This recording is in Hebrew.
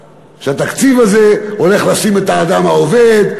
שהתקציב הזה הולך לשים את האדם העובד,